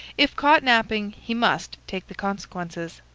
if caught napping he must take the consequences.